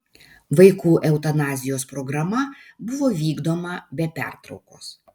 vaikų eutanazijos programa buvo vykdoma be pertraukos